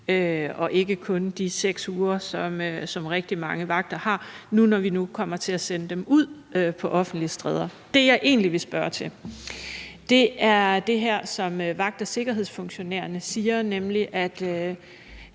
og ikke kun de 6 uger, som rigtig mange vagter har, når vi nu kommer til at sende dem ud på offentlige gader og stræder. Det, jeg egentlig vil spørge til, er det her, som vagt- og sikkerhedsfunktionærerne siger, nemlig at